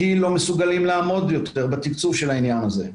כי הם לא מסוגלים לעמוד יותר בתקצוב של העניין הזה.